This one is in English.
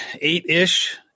eight-ish